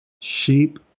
Sheep